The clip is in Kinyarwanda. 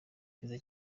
rwiza